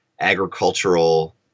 agricultural